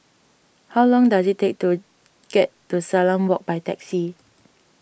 how long does it take to get to Salam Walk by taxi